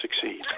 succeed